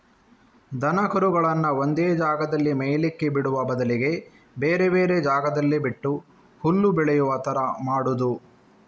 ದನ ಕರುಗಳನ್ನ ಒಂದೇ ಜಾಗದಲ್ಲಿ ಮೇಯ್ಲಿಕ್ಕೆ ಬಿಡುವ ಬದಲಿಗೆ ಬೇರೆ ಬೇರೆ ಜಾಗದಲ್ಲಿ ಬಿಟ್ಟು ಹುಲ್ಲು ಬೆಳೆಯುವ ತರ ಮಾಡುದು